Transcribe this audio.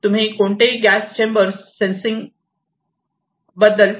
तुम्ही कोणतेही gas chamber sensing बदला चेंबरला कनेक्ट करू शकतात